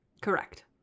Correct